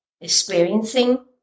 experiencing